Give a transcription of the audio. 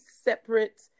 separate